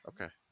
Okay